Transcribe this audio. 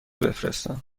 بفرستم